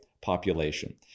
population